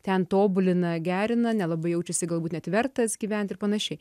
ten tobulina gerina nelabai jaučiasi galbūt net vertas gyvent ir panašiai